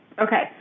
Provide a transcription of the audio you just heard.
Okay